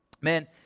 man